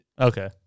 Okay